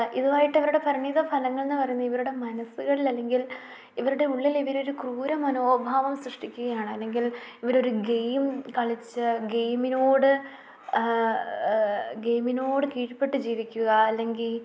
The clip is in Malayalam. ഇതുമായിട്ട് അവരുടെ പരിണിത ഫലങ്ങൾ എന്നു പറയുന്നത് ഇവരുടെ മനസ്സുകളിൽ അല്ലെങ്കിൽ ഇവരുടെ ഉള്ളിൽ ഇവരൊരു ക്രൂര മനോഭാവം സൃഷ്ടിക്കുകയാണ് അല്ലെങ്കിൽ ഇവരൊരു ഗെയിം കളിച്ച് ഗെയിമിനോട് ഗെയിമിനോട് കീഴ്പ്പെട്ട് ജീവിക്കുക അല്ലെങ്കിൽ